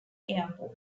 airport